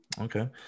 Okay